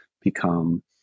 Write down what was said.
become